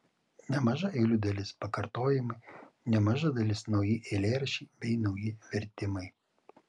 nemaža eilių dalis pakartojimai nemaža dalis nauji eilėraščiai bei nauji vertimai